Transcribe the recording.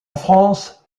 france